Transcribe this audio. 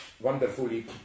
wonderfully